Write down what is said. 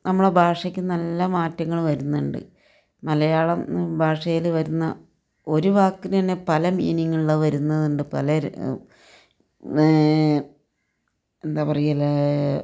നമ്മളെ ഭാഷയ്ക്ക് നല്ല മാറ്റങ്ങൾ വരുന്നുണ്ട് മലയാളം ഭാഷയിൽ വരുന്ന ഒരു വാക്കിന് തന്നെ പല മീനിങ്ങുള്ള വരുന്നതുണ്ട് പല എന്താ പറയല്